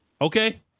Okay